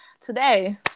today